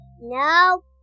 No